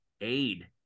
aid